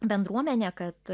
bendruomenė kad